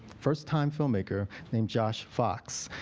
first-time filmmaker named josh fox.